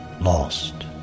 lost